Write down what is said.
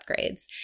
upgrades